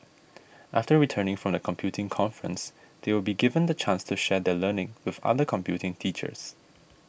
after returning from the computing conference they will be given the chance to share their learning with other computing teachers